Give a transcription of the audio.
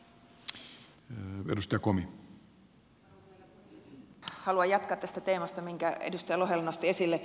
haluan jatkaa tästä teemasta minkä edustaja lohela nosti esille